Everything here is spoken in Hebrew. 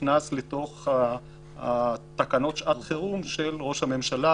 לתוך תקנות שעת חירום של ראש הממשלה,